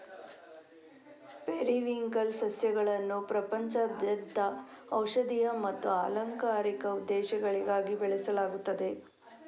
periwinkle ಸಸ್ಯಗಳನ್ನು ಪ್ರಪಂಚದಾದ್ಯಂತ ಔಷಧೀಯ ಮತ್ತು ಅಲಂಕಾರಿಕ ಉದ್ದೇಶಗಳಿಗಾಗಿ ಬೆಳೆಸಲಾಗುತ್ತದೆ